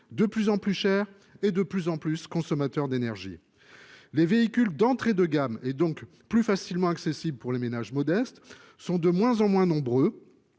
de plus en plus cher et de plus en plus consommateurs d'énergie. Les véhicules d'entrée de gamme et donc plus facilement accessibles pour les ménages modestes sont de moins en moins nombreux.